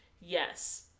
Yes